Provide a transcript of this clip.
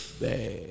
bad